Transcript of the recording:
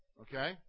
Okay